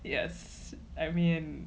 yes I mean